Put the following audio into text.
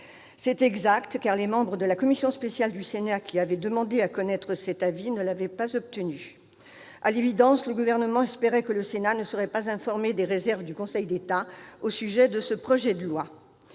C'est exact, car les membres de la commission spéciale du Sénat qui avaient demandé à connaître cet avis ne l'avaient pas obtenu. À l'évidence, le Gouvernement espérait que le Sénat ne serait pas informé des réserves du Conseil d'État au sujet de ce projet de loi.